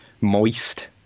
moist